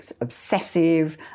obsessive